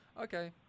Okay